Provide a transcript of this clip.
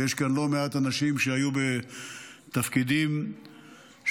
ויש כאן לא מעט אנשים שהיו בתפקידים שבהם